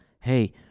hey